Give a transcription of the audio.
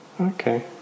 Okay